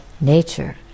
nature